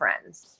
friends